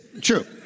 True